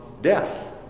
death